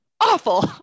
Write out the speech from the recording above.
awful